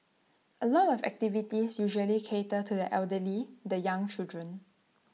A lot of activities usually cater to the elderly the young children